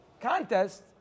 contest